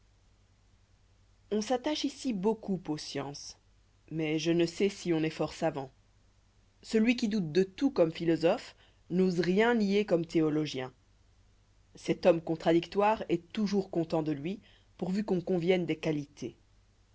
n s'attache ici beaucoup aux sciences mais je ne sais si on est fort savant celui qui doute de tout comme philosophe n'ose rien nier comme théologien cet homme contradictoire est toujours content de lui pourvu qu'on convienne des qualités